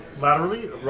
laterally